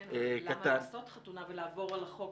כן, אבל למה לעשות חתונה ולעבור על החוק